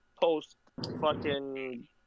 post-fucking